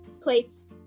plates